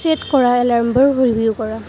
set কৰা এলাৰ্মবোৰ review কৰা